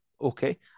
okay